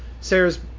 Sarah's